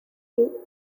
deux